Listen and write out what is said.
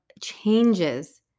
changes